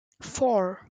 four